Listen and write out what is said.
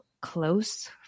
close